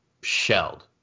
shelled